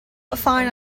fine